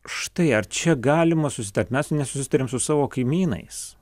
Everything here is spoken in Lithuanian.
štai ar čia galima susitart mes nesusitariam su savo kaimynais